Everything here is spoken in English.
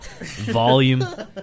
volume